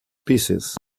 pieces